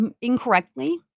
incorrectly